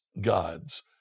God's